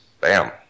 Bam